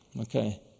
Okay